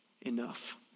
enough